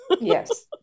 yes